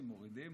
מורידים